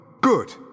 Good